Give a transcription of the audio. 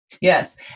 Yes